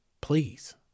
please